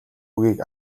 үгийг